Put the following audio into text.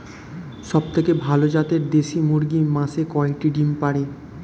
সবথেকে ভালো জাতের দেশি মুরগি মাসে কয়টি ডিম পাড়ে?